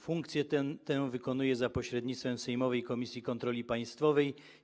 Funkcję tę wykonuje za pośrednictwem sejmowej komisji kontroli państwowej.